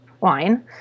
wine